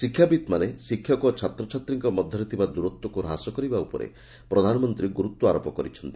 ଶିକ୍ଷାବିତ୍ମାନେ ଶିକ୍ଷକ ଓ ଛାତ୍ରଛାତ୍ରୀଙ୍କ ମଧ୍ଧରେ ଥିବା ଦୂରତ୍ୱକୁ ହ୍ରାସ କରିବା ଉପରେ ପ୍ରଧାନମନ୍ତୀ ଗୁରୁତ୍ୱାରୋପ କରିଛନ୍ତି